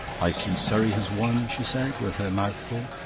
i see surrey has won, she said, with her mouth full,